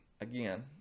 again